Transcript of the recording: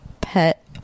pet